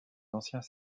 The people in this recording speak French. anciens